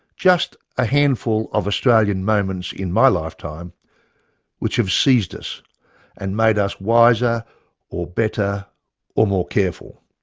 just a handful of australian moments in my lifetime which have seized us and made us wiser or better or more careful.